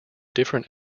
different